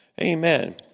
Amen